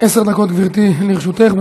עשר דקות, גברתי, לרשותך.